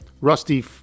Rusty